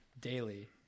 daily